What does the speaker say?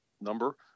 number